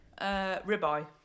Ribeye